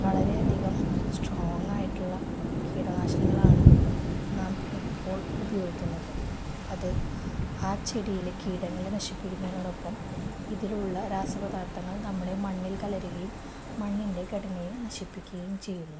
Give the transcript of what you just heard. വളരെയധികം സ്ട്രോങ് ആയിട്ടുള്ള കീടനാശിനികളാണ് നാം ഇപ്പോൾ ഉപയോഗിക്കുന്നത് അത് ആ ചെടിയിലെ കീടങ്ങളെ നശിപ്പിക്കുന്നതിനോടൊപ്പം അതിലുള്ള രാസപദാർത്ഥങ്ങൾ നമ്മുടെ മണ്ണിൽ കലരുകയും മണ്ണിൻ്റെ ഘടനയെ നശിപ്പിക്കുകയും ചെയ്യുന്നു